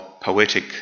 poetic